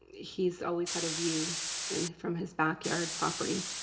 he's always had a view from his back yard property,